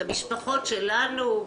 את המשפחות שלנו,